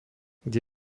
kde